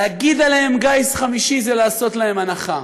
להגיד עליהם גיס חמישי זה לעשות להם הנחה.